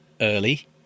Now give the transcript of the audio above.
early